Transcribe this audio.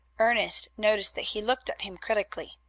ernest noticed that he looked at him critically.